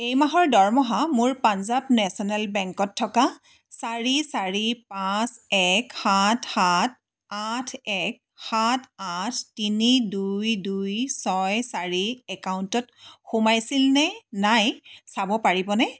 এই মাহৰ দৰমহা মোৰ পাঞ্জাব নেশ্যনেল বেংকত থকা চাৰি চাৰি পাঁচ এক সাত সাত আঠ এক সাত আঠ তিনি দুই দুই ছয় চাৰি একাউণ্টত সোমাইছিল নে নাই চাব পাৰিবনে